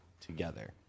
together